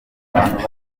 abantu